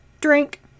drink